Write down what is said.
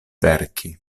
verki